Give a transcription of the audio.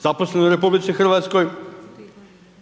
zaposleno u RH, bilo je